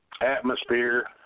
atmosphere